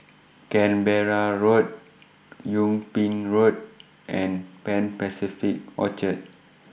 Canberra Road Yung Ping Road and Pan Pacific Orchard